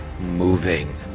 moving